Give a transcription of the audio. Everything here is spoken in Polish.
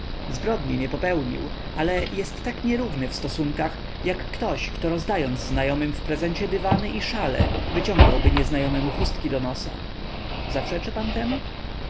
zbrodni nie popełnił ale jest tak nierówny w stosunkach jak ktoś kto rozdając znajomym w prezencie dywany i szale wyciągałby nieznajomym chustki do nosa zaprzeczy pan temu